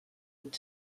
vuit